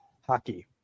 hockey